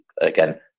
again